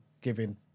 giving